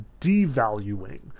devaluing